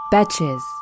Betches